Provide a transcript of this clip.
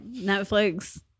Netflix